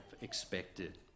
expected